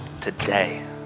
today